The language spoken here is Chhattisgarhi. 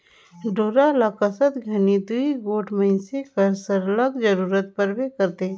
डोरा ल कसत घनी दूगोट मइनसे कर सरलग जरूरत परबे करथे